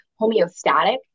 homeostatic